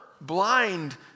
blind